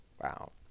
Wow